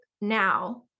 Now